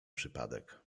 przypadek